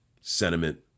sentiment